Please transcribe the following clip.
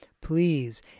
Please